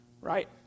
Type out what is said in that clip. Right